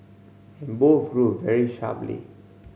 and both grew very sharply